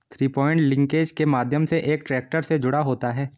three point linkage के माध्यम से एक ट्रैक्टर से जुड़ा होता है